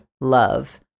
love